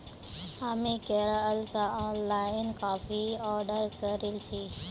हामी केरल स ऑनलाइन काफी ऑर्डर करील छि